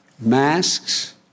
masks